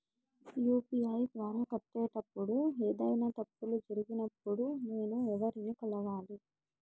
UPI ద్వారా కట్టేటప్పుడు ఏదైనా తప్పులు జరిగినప్పుడు నేను ఎవర్ని కలవాలి?